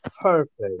perfect